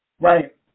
Right